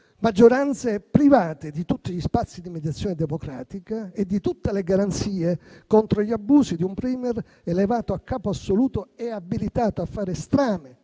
maggioranze private di tutti gli spazi di mediazione democratica e di tutte le garanzie contro gli abusi di un *Premier* elevato a capo assoluto e abilitato a fare strame